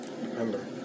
Remember